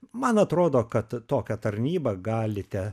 man atrodo kad tokia tarnyba galite